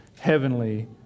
heavenly